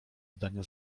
zdania